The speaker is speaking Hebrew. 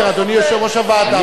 אדוני יושב-ראש הוועדה,